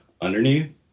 underneath